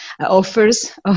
offers